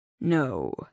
No